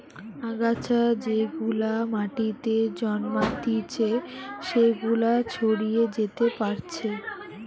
আগাছা যেগুলা মাটিতে জন্মাতিচে সেগুলা ছড়িয়ে যেতে পারছে